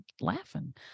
laughing